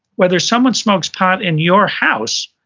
whether someone smokes pot in your house,